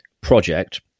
project